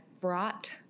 brought